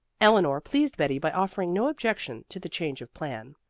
eleanor pleased betty by offering no objection to the change of plan.